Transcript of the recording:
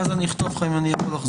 ואז אני אכתוב לך אם אני יכול לחזור.